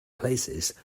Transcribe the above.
places